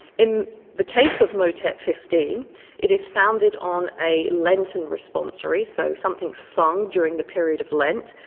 in the case of motet fifteen it is founded on a lenten responsory, so something sung during the period of lent,